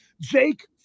Jake